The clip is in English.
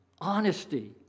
honesty